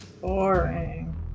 Boring